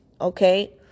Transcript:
okay